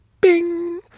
Bing